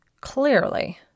Clearly